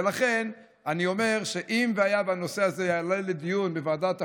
ולכן אני אומר שאם הנושא הזה יעלה לדיון בוועדת הפנים,